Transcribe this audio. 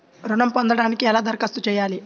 ఋణం పొందటానికి ఎలా దరఖాస్తు చేయాలి?